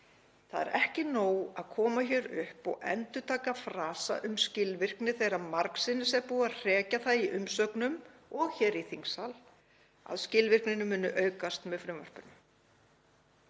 Það er ekki nóg að koma hér upp og endurtaka frasa um skilvirkni þegar margsinnis er búið að hrekja það í umsögnum og hér í þingsal að skilvirknin muni aukast með frumvarpinu.